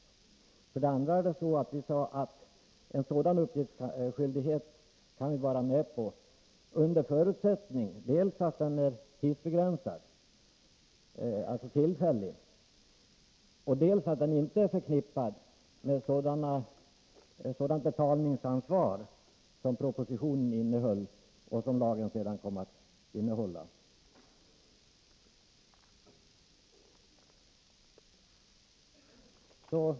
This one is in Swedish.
|;| småhusoch lägen För det andra sade vi att vi kunde vara med om att införa en sådan hetsägarnas upp uppgiftsskyldighet under förutsättning dels att den skulle begränsas i tiden, dels att den inte var förknippad med sådant betalningsansvar som propositionen föreslog och som lagen sedan kom att innehålla.